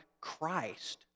Christ